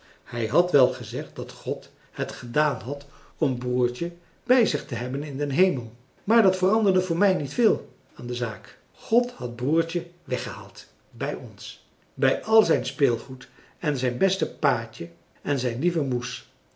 hij had wel gezegd dat god het gedaan had om broertje bij zich te hebben in den hemel maar dat veranderde voor mij niet veel aan de zaak god had broertje weggehaald bij ons bij al zijn speelgoed en zijn beste paatje en zijn lieve moes